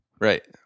right